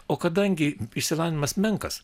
o kadangi išsilavinimas menkas